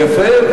יפה.